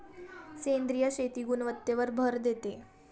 सेंद्रिय शेती गुणवत्तेवर भर देते